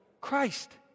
Christ